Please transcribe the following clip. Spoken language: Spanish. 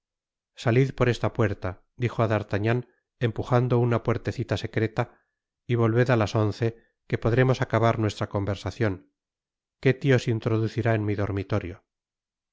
salid por esta puerta dijo á d'artagnan empujando una puertecita secreta y volved á las once que podremos acabar nuestra conversacion ketty os introducirá en mi dormitorio